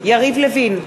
יריב לוין,